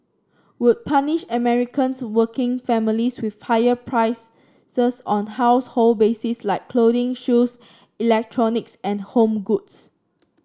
would punish Americans working families with higher price sirs on household basics like clothing shoes electronics and home goods